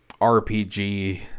RPG